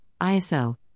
ISO